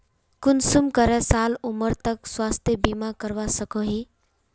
कुंसम करे साल उमर तक स्वास्थ्य बीमा करवा सकोहो ही?